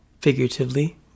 figuratively